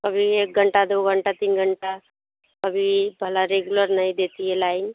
कभी एक घंटा दो घंटा तीन घंटा कभी भला रेगुलर नहीं देती है लाइन